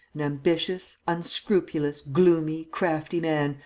an ambitious, unscrupulous, gloomy, crafty man,